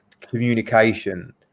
communication